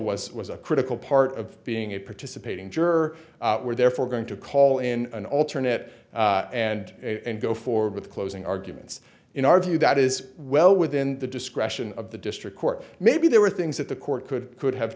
was was a critical part of being a participating juror were therefore going to call in an alternate and go forward with closing arguments in our view that is well within the discretion of the district court maybe there were things that the court could could have